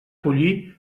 pollí